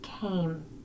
came